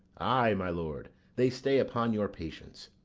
ay, my lord they stay upon your patience.